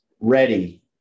ready